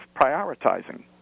prioritizing